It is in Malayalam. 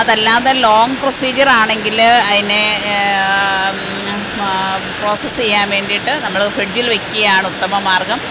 അതല്ലാതെ ലോങ് പ്രൊസീജറാണെങ്കില് അതിനെ പ്രോസസ്സ് ചെയ്യാൻ വേണ്ടിയിട്ട് നമ്മള് ഫ്രിഡ്ജിൽ വെയ്ക്കുകയാണ് ഉത്തമ മാർഗം